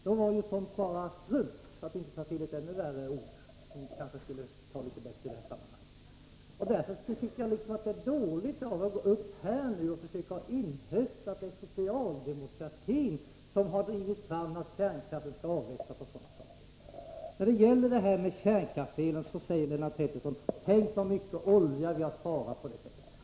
Då var ju sådant bara strunt, för att inte ta till ännu värre uttryck. Därför tycker jag att det är dåligt av er att nu försöka inhösta att det är socialdemokratin som har drivit fram att kärnkraften skall avvecklas och sådana saker. När det gäller kärnkraftselen säger Lennart Pettersson: Tänk, så mycket olja vi har sparat på det!